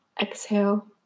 exhale